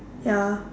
ya